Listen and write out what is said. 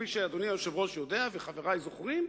כפי שאדוני היושב-ראש יודע וחברי זוכרים,